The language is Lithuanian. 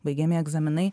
baigiamieji egzaminai